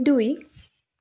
দুই